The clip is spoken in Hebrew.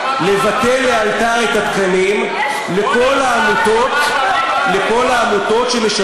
לבטל לאלתר את התקנים לכל העמותות שמשתפות